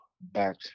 back